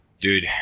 Dude